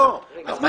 זה לא